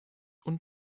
und